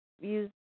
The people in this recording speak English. Use